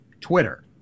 Twitter